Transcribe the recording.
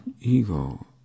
ego